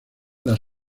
las